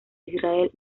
israel